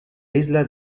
isla